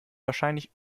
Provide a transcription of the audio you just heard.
wahrscheinlich